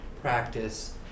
practice